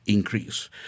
increase